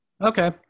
Okay